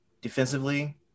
defensively